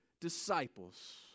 disciples